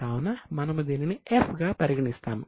కావున మనము దీనిని F గా పరిగణిస్తాము